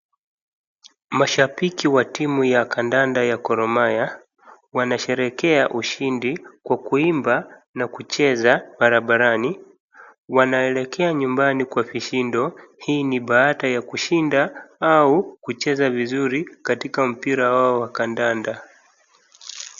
Mashabiki wa timu ya kandanda ya Gor Mahia, wanasherehekea ushindi kwa kuimba na kucheza barabarani, wanaelekea nyumbani kwa kishindo, hii ni baada ya kushinda au kucheza vizuri, mpira wao wa kandanda.